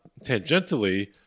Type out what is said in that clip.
tangentially